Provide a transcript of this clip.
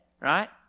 right